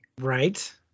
Right